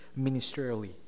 ministerially